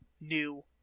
New